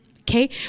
okay